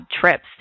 trips